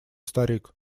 старик